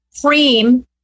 cream